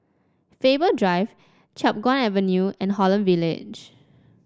Faber Drive Chiap Guan Avenue and Holland Village